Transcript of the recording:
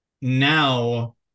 now